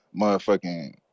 motherfucking